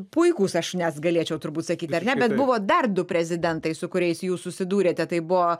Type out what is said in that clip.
puikūs aš net galėčiau turbūt sakyti ar ne bet buvo dar du prezidentai su kuriais jūs susidūrėte tai buvo